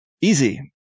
easy